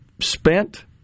spent